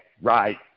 right